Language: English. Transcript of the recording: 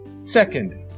Second